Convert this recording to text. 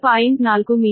4 metre